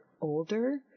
older